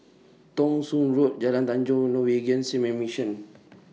Thong Soon Road Jalan Tanjong and Norwegian Seamen's Mission